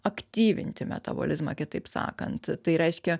aktyvinti metabolizmą kitaip sakant tai reiškia